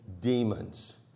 demons